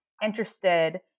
interested